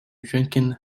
drinking